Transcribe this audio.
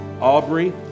Aubrey